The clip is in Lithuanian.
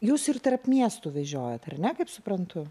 jūs ir tarp miestų vežiojat ar ne kaip suprantu